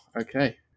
Okay